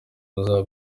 bazaba